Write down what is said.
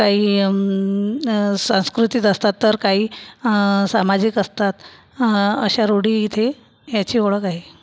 काही सांस्कृतिक असतात तर काही सामाजिक असतात अशा रूढी इथे ह्याची ओळख आहे